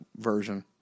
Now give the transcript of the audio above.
version